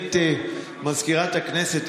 סגנית מזכירת הכנסת,